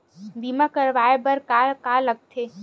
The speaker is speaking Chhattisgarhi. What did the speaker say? बीमा करवाय बर का का लगथे?